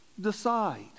decide